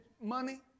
money